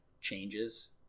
changes